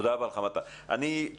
תודה רבה לך על הדברים.